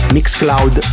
Mixcloud